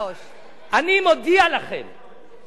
שלא תהיה אפילו טעות של מילימטר,